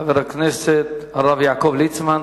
חבר הכנסת הרב יעקב ליצמן.